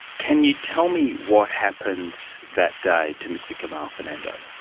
can you tell me what happened that day to mr kamal fernando?